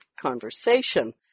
conversation